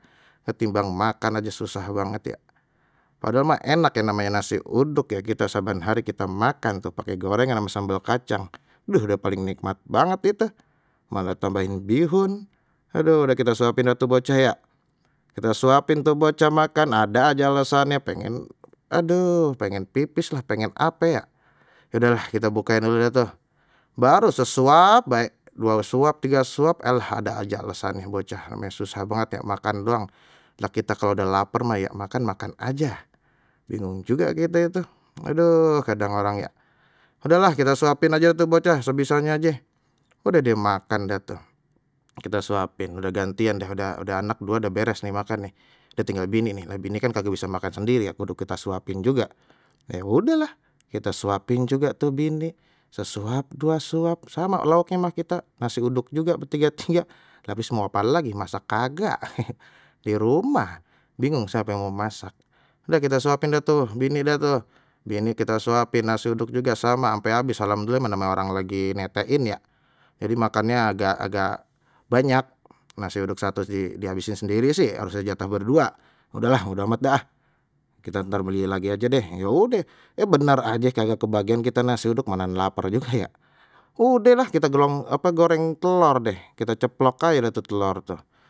Ketimbang makan aja susah banget ya, padahal mah enak ya namanya nasi uduk, ya kita saban hari kita makan tuh pakai gorengan ama sambal kacang. Aduh udah paling nikmat banget itu malah tambahin bihun, aduh udah kita suapin dah tu bocah ya, kita suapin tuh bocah makan ada aja alasannya pengen aduh pengen pipis lah, pengen ape, ya ya udahlah kita bukain dulu deh tuh, baru sesuap bae dua suap tiga suap et ada aja alasannye bocah, namanya susah banget ya makan doang. Lha kita kalau udah laper mah ya makan-makan aja, bingung juga kita itu aduh kadang orang ya, udahlah kita suapin aja untuk bocah sebisanya aje, udeh dia makan dia tuh kita suapin, udah gantian deh udah udah anak dua udah beres nih makan nih ya, tinggal bini ni lha bini kan kagak bisa makan sendiri ya kudu kita suapin juga, ya udahlah kita suapin juga tuh bini sesuap dua suap sama lauknya mah kita nasi uduk juga bertiga-tiga, lha habis mau apalagi masak kagak di rumah bingung siapa yang mau masak sudah kita suapin dah tuh bini dah tu, bini kita suapin nasi uduk juga sama sampai habis, alhamdulillah mana orang lagi netein ya jadi makannya agak agak banyak nasi uduk satu di dihabisnya sendiri sih, harus jatah berdua udahlah bodo amat dah kita ntar beli lagi aja deh, ya udeh eh benar aje kagak kebagian kita nasi uduk mana lapar juga, ya udehlah kita gelong apa goreng telor deh kita ceplok aja deh telur.